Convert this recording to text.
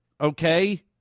okay